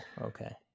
okay